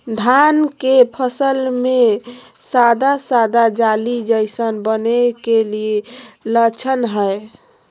धान के फसल में सादा सादा जाली जईसन बने के कि लक्षण हय?